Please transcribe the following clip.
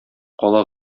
кала